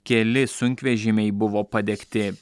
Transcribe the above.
keli sunkvežimiai buvo padegti